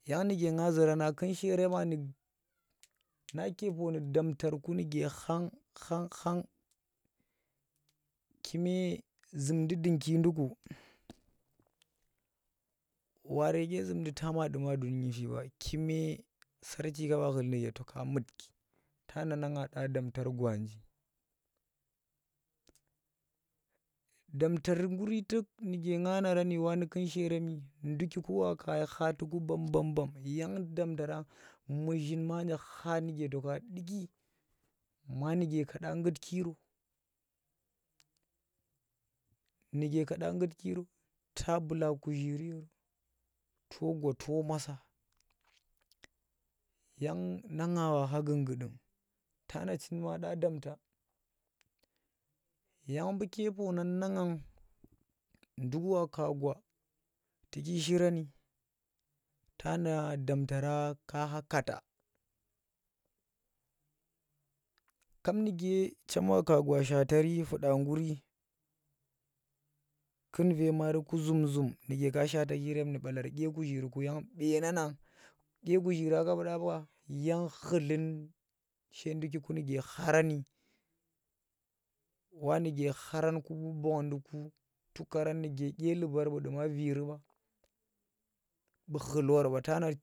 Yang nuke nga zura na kunshe nduki kwani nake poon damtar ku nuke khang khang kume zumndi dunki nduku waare dyezumndi tama duma dut nyifi ba kime sarchi kaɓa khuli nuke toka mutki tana na nga dya damtar gwanji damtar ngur tuk waru ke nga narani wa nukan cheremi ndukiku waka shi khatiku bam- bam yang damtar muzhin anje kha nuke toka nduki manu ke kada nggut ki ro ta bula kuzhiri yoro to gwa to maasa yang na nga wakha guggudunk tana chin ma dya damta? yang buuke poonang na nga nduk wa ka gwa tu ki shirani tana damtara ka kha kaata kap nuke chem wa gwataari fuda ngguri kum Ve maari ku zum- zum nuke ka shaata ki rem nu balar dye kuzhiriku yang beenanang dyekuzhira kaba ɓa yang khutlin she ndkiku nuk kharani, wa nuke khara ku bonɗuku tukaran nuke dyelubarang buu duma viri ba bu khutt war ba tana.